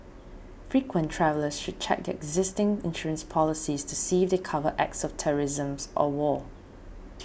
frequent travellers should check their existing insurance policies to see if they cover acts of terrorisms or war